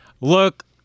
Look